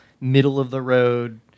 middle-of-the-road